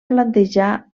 plantejar